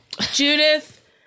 Judith